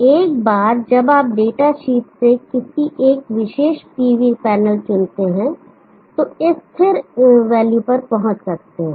एक बार जब आप डेटा शीट से एक विशेष पीवी पैनल चुनते हैं तो आप इस स्थिर वॉल्यू पर पहुंच सकते हैं